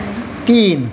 तीन